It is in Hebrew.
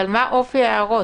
אופי ההערות,